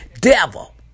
Devil